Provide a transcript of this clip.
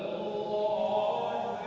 oh